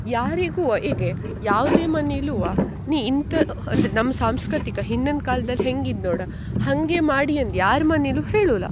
ಯಾರಿಗೂ ಈಗ ಯಾವುದೇ ಮನೆಲ್ಲೂವ ನೀ ಇಂಥ ಅಂದರೆ ನಮ್ಮ ಸಾಂಸ್ಕೃತಿಕ ಹಿಂದಿನ ಕಾಲ್ದಲ್ಲಿ ಹೆಂಗಿತ್ ನೋಡಿ ಹಾಗೆ ಮಾಡಿ ಅದು ಯಾರ ಮನೇಲೂ ಹೇಳುಲ್ಲ